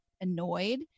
annoyed